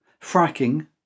fracking